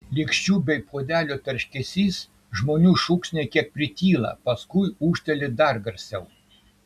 lėkščių bei puodelių tarškesys žmonių šūksniai kiek prityla paskui ūžteli dar garsiau